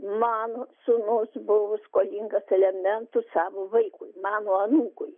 mano sūnus buvo skolingas elementų savo vaikui mano anūkui